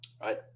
right